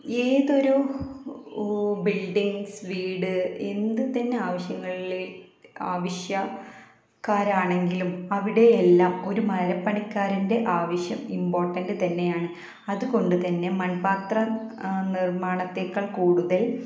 ഏതൊരു ബിൽഡിങ്സ് വീട് എന്തുതന്നെ ആവശ്യങ്ങളിലെ ആവശ്യക്കാരാണെങ്കിലും അവിടെയെല്ലാം ഒരു മലപ്പണിക്കാരൻ്റെ ആവശ്യം ഇമ്പോർട്ടൻ്റ് തന്നെയാണ് അതുകൊണ്ടുതന്നെ മൺപാത്ര നിർമ്മാണത്തേക്കാൾ കൂടുതൽ